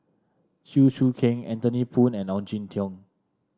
Chew Choo Keng Anthony Poon and Ong Jin Teong